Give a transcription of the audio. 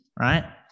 right